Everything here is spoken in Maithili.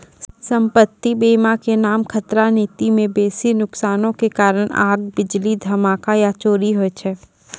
सम्पति बीमा के नाम खतरा नीति मे बेसी नुकसानो के कारण आग, बिजली, धमाका या चोरी होय छै